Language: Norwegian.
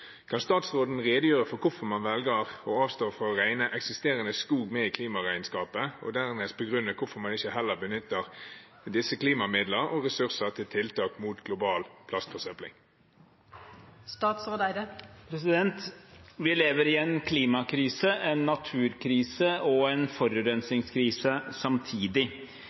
Kan statsråden redegjøre for hvorfor man velger å avstå fra å regne eksisterende skog med i klimaregnskapet, og dernest begrunne hvorfor man ikke heller benytter klimamidler og ressurser til tiltak mot global plastforsøpling?» Vi lever i en klimakrise, en naturkrise og en forurensningskrise samtidig.